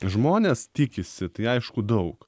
žmonės tikisi tai aišku daug